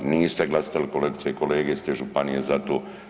Niste glasali kolegice i kolege iz te županije za to.